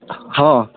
ହଁ